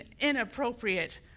inappropriate